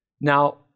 Now